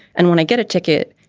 and when i get a ticket,